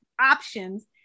options